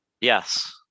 Yes